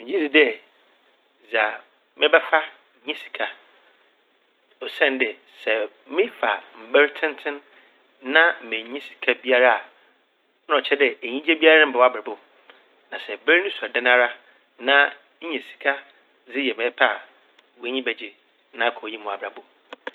Megye dzi dɛ dza mebɛfa nye sika. Osiandɛ sɛ mefa mber tsentsen na mennya sika biara a na ɔkyerɛ dɛ enyigye biara mmba w'abrabɔ mu. Na sɛ ber no sua dɛn ara na inya sika dze yɛ ma epɛ a w'enyi bɛgye na akɔ w'enyim wɔ abrabɔ mu.